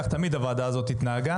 כך תמיד הוועדה הזאת התנהגה,